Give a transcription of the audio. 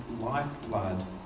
lifeblood